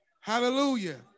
Hallelujah